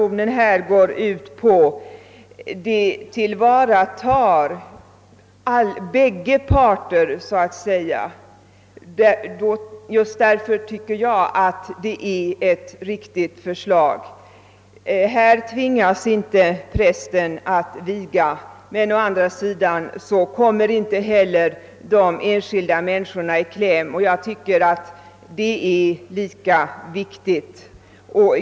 ut på tillvaratar bägge parters intressen, och just därför anser jag att det är ett bra förslag. Prästen tvingas inte att viga, men de enskilda människorna kommer inte heller i kläm, vilket jag tycker är lika viktigt.